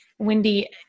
Wendy